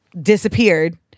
disappeared